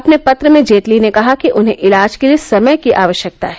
अपने पत्र में जेटली ने कहा कि उन्हें इलाज के लिए समय की आवश्यकता है